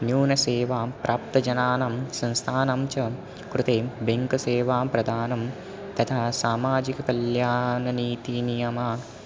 न्यूनसेवां प्राप्तजनानां संस्थानां च कृते बेङ्कसेवां प्रदानं तथा सामाजिककल्याणनीतिनियमाः